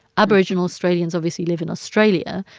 aboriginal australians obviously live in australia.